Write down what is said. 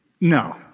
no